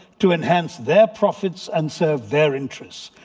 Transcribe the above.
to enhance their profits and serve their interests.